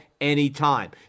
anytime